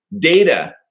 data